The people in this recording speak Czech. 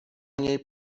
něj